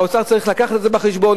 האוצר צריך להביא את זה בחשבון.